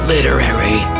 Literary